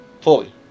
Fully